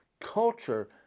Culture